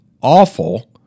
awful